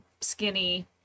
skinny